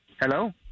Hello